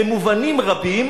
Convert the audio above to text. במובנים רבים,